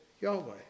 Yahweh